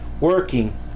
Working